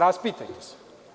Raspitajte se.